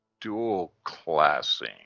dual-classing